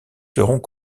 seront